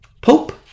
Pope